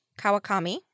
Kawakami